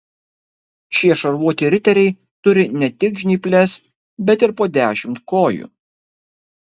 šie šarvuoti riteriai turi ne tik žnyples bet ir po dešimt kojų